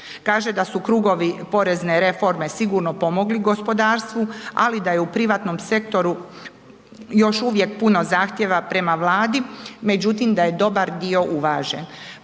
Kaže da su krugovi porezne reforme sigurno pomogli gospodarstvu, ali da je u privatnom sektoru još uvijek puno zahtjeva prema Vladi, međutim da je dobar dio uvažen.